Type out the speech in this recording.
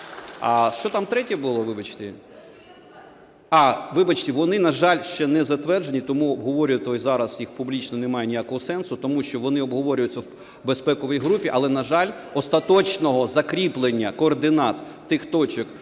Що там третє було, вибачте? А, вибачте, вони, на жаль, ще не затверджені. Тому обговорювати зараз їх публічно немає ніякого сенсу, тому що вони обговорюються в безпековій групі. Але, на жаль, остаточного закріплення координат тих точок,